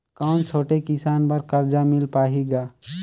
कौन छोटे किसान बर कर्जा मिल पाही ग?